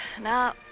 Now